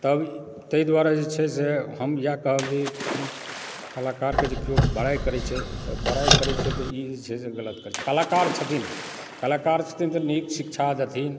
तब तैँ दुआरे जे छै से हम इएह कहब जे फिल्म कलाकारके जे केओ बड़ाइ करै छै तऽ बड़ाइ करै छै तऽ ई जे छै से गलत करै छै कलाकार छथिन कलाकार छथिन तऽ नीक शिक्षा देथिन